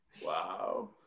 Wow